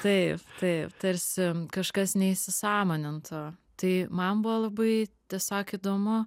taip taip tarsi kažkas neįsisąmoninta tai man buvo labai tiesiog įdomu